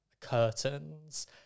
curtains